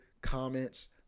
comments